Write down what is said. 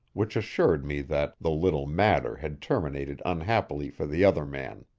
which assured me that the little matter had terminated unhappily for the other man.